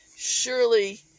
surely